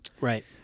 Right